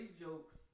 jokes